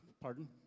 pardon